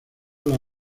las